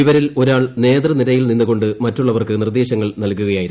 ഇവരിൽ ഒരാൾ നേതൃനിരയിൽ നിന്നുകൊ ് മറ്റുള്ളവർക്ക് നിർദ്ദേശങ്ങൾ നൽകുകയായിരുന്നു